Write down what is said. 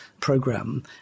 Program